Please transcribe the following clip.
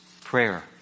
prayer